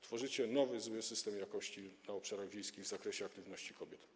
Tworzycie nowy zły system jakości na obszarach wiejskich w zakresie aktywności kobiet.